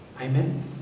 Amen